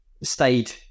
stayed